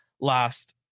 last